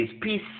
peace